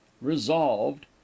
resolved